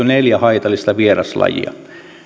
neljä haitallista vieraslajia